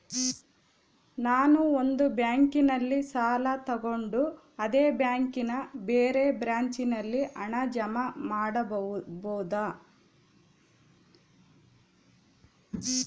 ನಾನು ಒಂದು ಬ್ಯಾಂಕಿನಲ್ಲಿ ಸಾಲ ತಗೊಂಡು ಅದೇ ಬ್ಯಾಂಕಿನ ಬೇರೆ ಬ್ರಾಂಚಿನಲ್ಲಿ ಹಣ ಜಮಾ ಮಾಡಬೋದ?